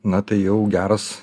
na tai jau geras